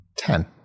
Ten